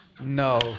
No